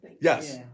Yes